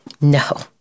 No